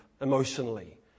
emotionally